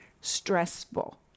stressful